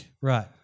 Right